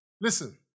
Listen